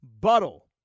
Buttle